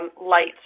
light